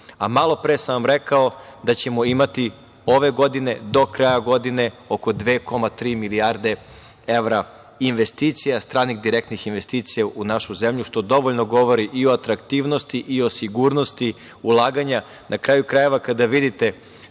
Malo pre sam vam rekao da ćemo imati ove godine do kraja godine oko 2,3 milijarde evra investicija, stranih direktnih investicija u našu zemlju, što dovoljno govori i o atraktivnosti i o sigurnosti ulaganja. Na kraju krajeva, kada vidite